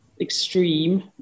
extreme